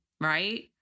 right